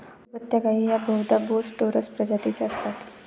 दुभत्या गायी या बहुधा बोस टोरस प्रजातीच्या असतात